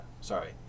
Sorry